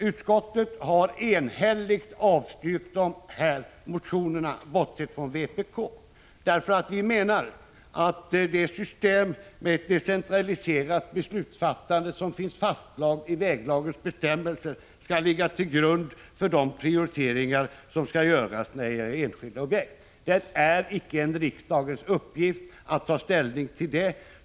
Utskottet har enhälligt, bortsett från vpk, avstyrkt dessa motioner. Jag menar att det system med decentraliserat beslutsfattande som finns fastslaget i väglagens bestämmelser skall ligga till grund för de prioriteringar som görs av enskilda objekt. Det är icke riksdagens uppgift att ta ställning till enskilda objekt.